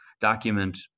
document